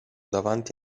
davanti